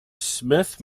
smith